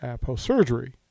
post-surgery